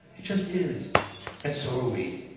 it just is, and so are we.